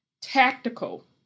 Tactical